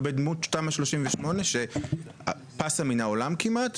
לא בדמות של תמ"א 38 שפסה מן העולם כמעט,